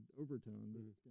overtone